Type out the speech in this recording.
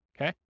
okay